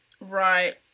Right